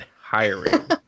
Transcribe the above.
Hiring